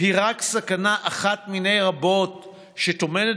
היא רק סכנה אחת מיני רבות שטומנות